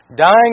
Dying